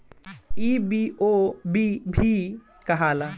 ई बी.ओ.बी भी कहाला